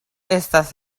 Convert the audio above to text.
estas